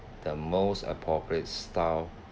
the most appropriate style